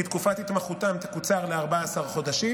כי תקופת התמחותם תקוצר ל-14 חודשים.